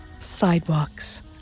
sidewalks